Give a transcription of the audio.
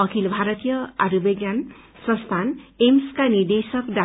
अखिल भारतीय आयुर्विज्ञान संस्थान एम्सका निदेशक डा